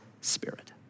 spirit